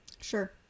Sure